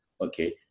okay